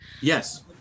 yes